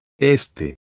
Este